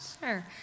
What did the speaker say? Sure